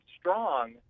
strong